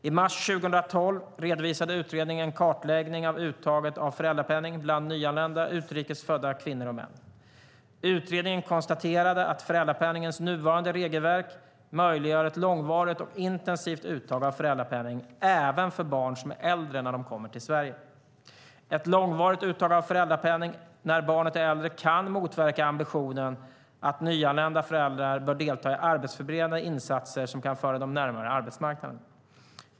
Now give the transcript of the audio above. I mars 2012 redovisade utredningen en kartläggning av uttaget av föräldrapenning bland nyanlända utrikes födda kvinnor och män. Utredningen konstaterade att föräldrapenningens nuvarande regelverk möjliggör ett långvarigt och intensivt uttag av föräldrapenning även för barn som är äldre när de kommer till Sverige. Ett långvarigt uttag av föräldrapenning när barnet är äldre kan motverka ambitionen att nyanlända föräldrar bör delta i arbetsförberedande insatser som kan föra dem närmare arbetsmarknaden.